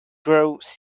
just